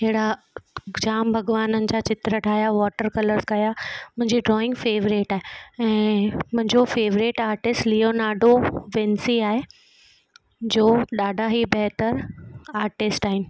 अहिड़ा जाम भॻवाननि जा चित्र ठाहिया वॉटर कलर्स कया मुंहिजी ड्रॉइंग फेवरेट आहे ऐं मुंहिंजो फेवरेट आर्टिस्ट लियोनार्डो जैंसी आहे जो ॾाढा ई बहितर आर्टिस्ट आहिनि